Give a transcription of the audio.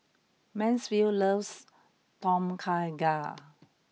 Mansfield loves Tom Kha Gai